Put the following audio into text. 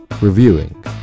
Reviewing